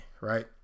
right